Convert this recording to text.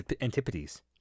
Antipodes